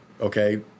Okay